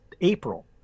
April